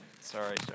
Sorry